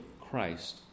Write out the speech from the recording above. Christ